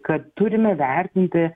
kad turime vertinti